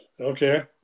Okay